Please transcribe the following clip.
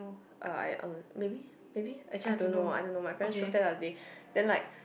uh I uh maybe maybe actually I don't know I don't know my parents drove there the other day then like